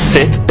Sit